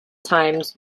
times